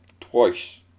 Twice